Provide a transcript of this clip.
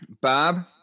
Bob